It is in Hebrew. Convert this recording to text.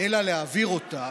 אלא להעביר אותה,